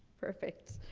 perfect.